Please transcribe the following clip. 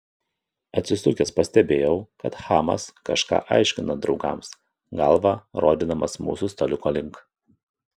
atsisukęs pastebėjau kad chamas kažką aiškina draugams galva rodydamas mūsų staliuko link